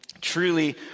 Truly